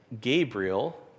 Gabriel